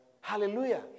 Hallelujah